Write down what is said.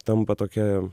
tampa tokia